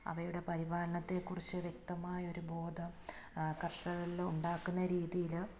അവയുടെ പരിപാലനത്തെക്കുറിച്ച് വ്യക്തമായൊരു ബോധം കർഷകരിൽ ഉണ്ടാക്കുന്ന രീതിയിൽ